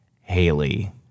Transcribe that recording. Haley